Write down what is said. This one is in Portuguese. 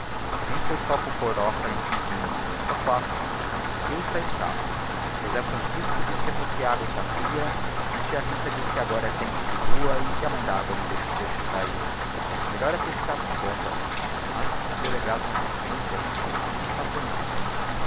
também foi só cocorócae um pinguinho só quatro o rio está escasso seu zé francisco diz que é porque a agua está fria mas tia rita diz que agora é tempo de lua e a mãe d'agua não deixa o peixe sahir o melhor é pescar com bombas mas o subdelegado não consente e a gente tem que se cançar por nada